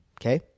okay